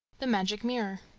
the magic mirror